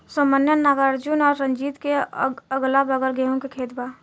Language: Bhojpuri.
सौम्या नागार्जुन और रंजीत के अगलाबगल गेंहू के खेत बा